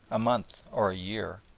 a month, or a year,